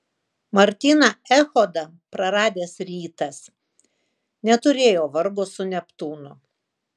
martyną echodą praradęs rytas neturėjo vargo su neptūnu